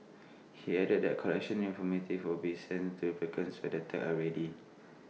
he added that collection informative will be sent to applicants when the tags are ready